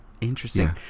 Interesting